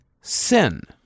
sin